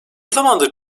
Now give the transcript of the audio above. zamandır